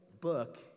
book